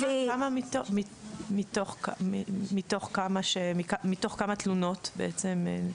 מתוך כמה תלונות בעצם?